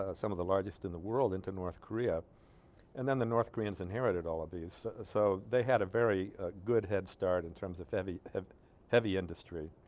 ah some of the largest in the world into north korea and then the north koreans inherited all of these ah. so they had a very good head start in terms of heavy heavy industry